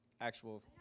actual